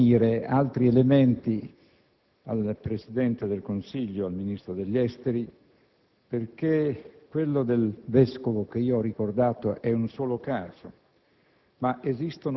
Cerco di fornire altri elementi al Presidente del Consiglio e al Ministro degli affari esteri, perché quello del vescovo che ho ricordato è solo un caso,